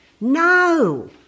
No